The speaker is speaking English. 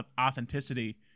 authenticity